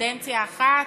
קדנציה אחת,